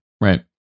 right